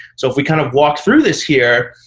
so if we kind of walk through this here,